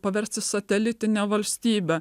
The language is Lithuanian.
paversti satelitine valstybe